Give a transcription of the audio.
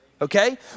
Okay